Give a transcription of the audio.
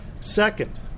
Second